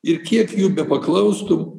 ir kiek jų bepaklaustum